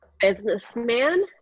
businessman